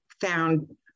found